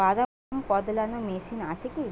বাদাম কদলানো মেশিন আছেকি?